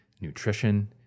nutrition